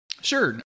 Sure